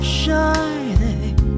shining